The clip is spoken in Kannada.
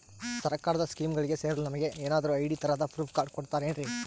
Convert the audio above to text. ಸರ್ಕಾರದ ಸ್ಕೀಮ್ಗಳಿಗೆ ಸೇರಲು ನಮಗೆ ಏನಾದ್ರು ಐ.ಡಿ ತರಹದ ಪ್ರೂಫ್ ಕಾರ್ಡ್ ಕೊಡುತ್ತಾರೆನ್ರಿ?